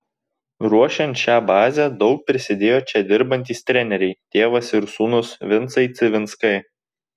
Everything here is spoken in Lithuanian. ruošiant šią bazę daug prisidėjo čia dirbantys treneriai tėvas ir sūnus vincai civinskai